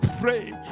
pray